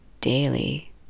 daily